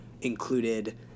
included